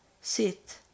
sit